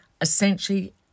Essentially